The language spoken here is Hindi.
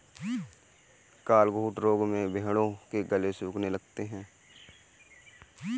गलघोंटू रोग में भेंड़ों के गले सूखने लगते हैं